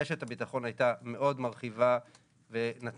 רשת הביטחון הייתה מאוד מרחיבה ונתנה